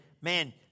man